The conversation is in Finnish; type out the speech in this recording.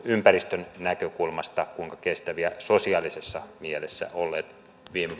ympäristön näkökulmasta ja kuinka kestäviä sosiaalisessa mielessä metsähallituksen hakkuut ovat olleet viime